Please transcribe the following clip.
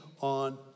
on